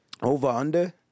Over-under